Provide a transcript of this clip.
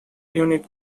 unit